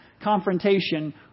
confrontation